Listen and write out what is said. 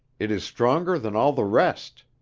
it is stronger than all the rest.